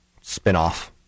spinoff